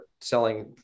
selling